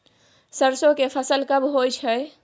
सरसो के फसल कब होय छै?